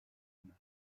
now